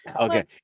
Okay